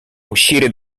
uscire